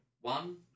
One